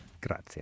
Grazie